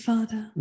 Father